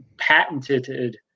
patented